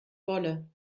wolle